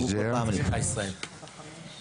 6. מי נמנע?